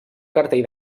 cartell